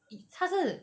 他是